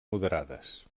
moderades